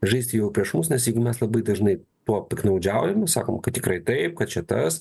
žaisti jau prieš mus nes jeigu mes labai dažnai tuo piktnaudžiaujam sakom kad tikrai taip kad čia tas